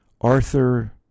Arthur